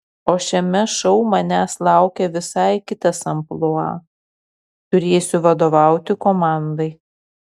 o šiame šou manęs laukia visai kitas amplua turėsiu vadovauti komandai